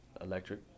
electric